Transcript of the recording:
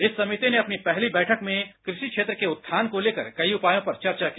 इस समिति ने अपनी पहली बैठक में कृषि क्षेत्र के उत्थान को लेकर के कई उपायों पर चर्चा की